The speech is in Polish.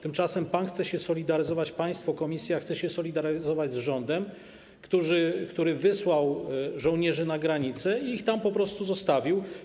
Tymczasem pan chce się solidaryzować, państwo, komisja chce się solidaryzować z rządem, który wysłał żołnierzy na granicę i ich tam po prostu zostawił.